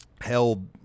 held